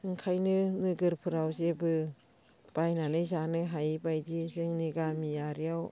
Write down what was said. ओंखायनो नोगोरफोराव जेबो बायनानै जानो हायि बायदि जोंनि गामि आरियाव